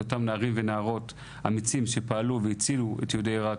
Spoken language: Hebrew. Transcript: את אותם נערים ונערות אמיצים שפעלו והצילו את יהודי עירק,